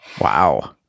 wow